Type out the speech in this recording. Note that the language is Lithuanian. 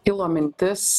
kilo mintis